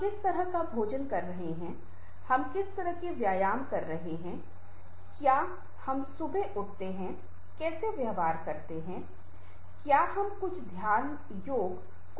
हम किस तरह का भोजन कर रहे हैं हम किस तरह के व्यायाम कर रहे हैं क्या हम सुबह उठते हैं कैसे व्यवहार करते हैं क्या हम कुछ ध्यान योग कुछ व्यायाम कर रहे हैं